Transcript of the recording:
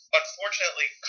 unfortunately